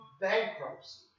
bankruptcy